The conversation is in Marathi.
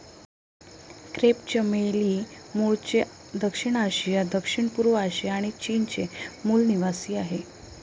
क्रेप चमेली मूळचे दक्षिण आशिया, दक्षिणपूर्व आशिया आणि चीनचे मूल निवासीआहे